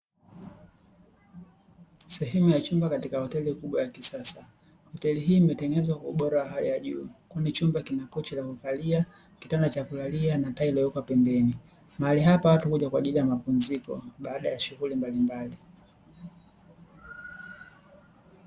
Sehemu ya chumba katika hoteli kubwa ya kisasa, hoteli hii imetengenezwa kwa ubora wa hali ya juu kwani chumba kina kochi la kukalia, kitanda cha kulalia, na taa iliyowekwa pembeni. Mahali hapa watu huja kwa ajli ya mapumziko baada ya shughuli mbalimbali.